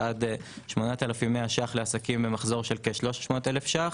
ועד 8,100 ש"ח לעסקים במחזור של כ-300,000 ש"ח.